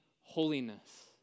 holiness